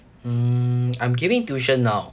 mm I'm giving tuition now